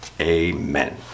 Amen